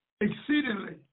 exceedingly